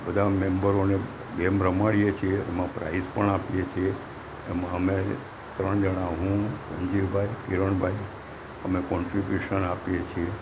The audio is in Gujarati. બધા મેમ્બરોને ગેમ રમાડીએ છીએ એમાં પ્રાઇઝ પણ આપીએ છીએ એમાં અમે ત્રણ જણા હું ધનજીભાઈ કિરણભાઈ અમે કોનટ્રીબ્યુશન આપીએ છીએ